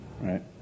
right